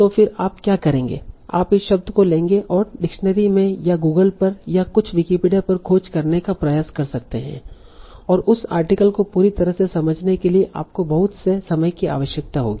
तो फिर आप क्या करेंगे आप इस शब्द को लेंगे और डिक्शनरी में या गूगल पर या कुछ विकिपीडिया पर खोज करने का प्रयास कर सकते हैं और उस आर्टिकल को पूरी तरह से समझने के लिए आपको बहुत से समय की आवश्यकता होगी